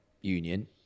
Union